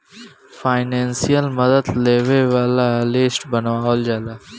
financial मदद लेबे वाला लिस्ट बनावल जाला